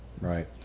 Right